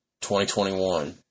2021